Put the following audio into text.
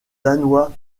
danois